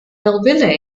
melville